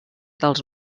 dels